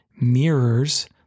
mirrors